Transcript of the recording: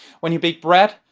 when you bake bread,